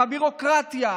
עם הביורוקרטיה,